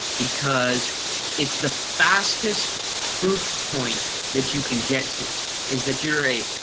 because it's the fastest proof point that you can get to is that you're a